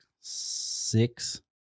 six